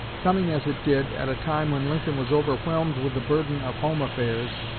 coming, as it did, at a time when lincoln was overwhelmed with the burden of home affairs,